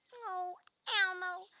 oh elmo,